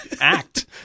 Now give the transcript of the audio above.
act